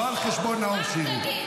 לא על חשבון נאור שירי.